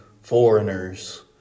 foreigners